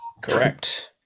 Correct